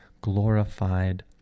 glorified